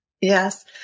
Yes